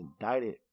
indicted